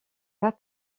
pas